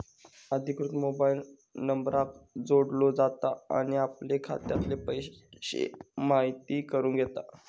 अधिकृत मोबाईल नंबराक जोडलो जाता आणि आपले खात्यातले पैशे म्हायती करून घेता